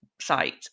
site